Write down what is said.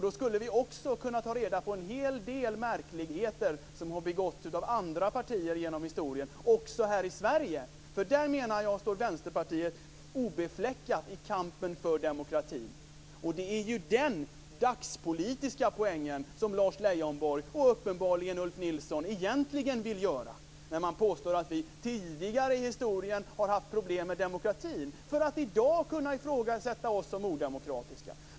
Då skulle vi också kunna ta reda på en hel del märkligheter som har begåtts av andra partier genom historien, också här i Sverige. Här menar jag att Vänsterpartiet står obefläckat i kampen för demokratin. Lars Leijonborg och uppenbarligen Ulf Nilsson vill egentligen göra en dagspolitisk poäng, när de påstår att vi tidigare i historien har haft problem med demokratin, för att i dag kunna ifrågasätta om vi är demokratiska.